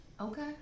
Okay